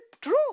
true